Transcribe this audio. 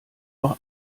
auch